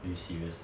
are you serious